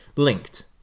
linked